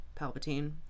Palpatine